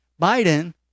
Biden